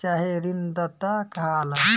चाहे ऋणदाता कहाला